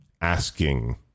asking